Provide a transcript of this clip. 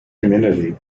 community